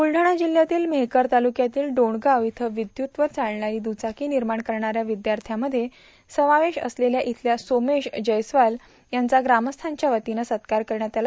ब्रुलढाणा जिल्ह्यातील मेहकर तालुक्यातील डोणगाव इथं विद्युतवर चालणारी दुचाकी निर्माण करणाऱ्या विद्यार्थ्यांमध्ये समावेश असलेल्या इथल्या सोमेश जयस्वाल यांचा ग्रामस्थांच्यावतीनं सत्कार करण्यात आला